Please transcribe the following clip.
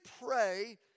pray